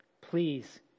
please